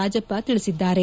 ರಾಜಪ್ಪ ತಿಳಿಸಿದ್ದಾರೆ